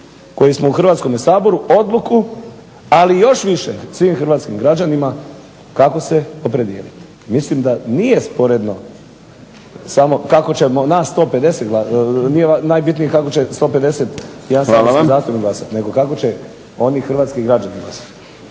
koji smo u Hrvatskome saboru odluku ali i još više svim hrvatskim građanima kako se opredijeliti. Mislim da nije sporedno samo kako ćemo nas 150, nije najbitnije kako će 150 i jedan saborski zastupnik glasati, nego kako će oni hrvatski građani glasovati.